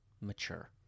Mature